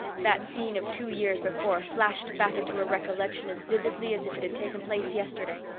that scene of two years before flashed back into her recollection as vividly as if it had taken place yesterday.